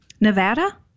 Nevada